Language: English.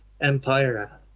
empire